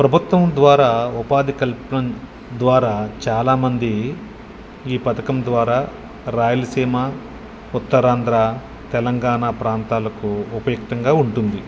ప్రభుత్వం ద్వారా ఉపాధి కల్పించి ద్వారా చాలామంది ఈ పథకం ద్వారా రాయలసీమ ఉత్తరాంధ్ర తెలంగాణ ప్రాంతాలకు ఉపయుక్తంగా ఉంటుంది